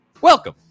Welcome